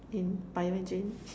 in Bio engine